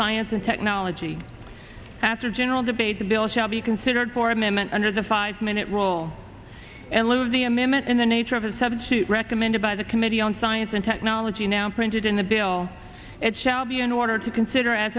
science and technology after general debate the bill shall be considered for a minute under the five minute rule and lieu of the a minute in the nature of a substitute recommended by the committee on science and technology now printed in the bill it shall be an order to consider as